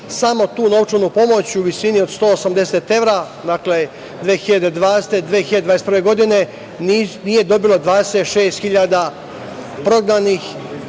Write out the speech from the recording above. Samo tu novčanu pomoć u visini od 180 evra 2020. i 2021. godine nije dobilo 26.000 prognanih